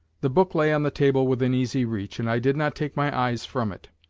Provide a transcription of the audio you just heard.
the book lay on the table within easy reach, and i did not take my eyes from it.